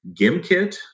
GimKit